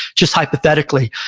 just hypothetically.